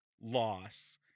loss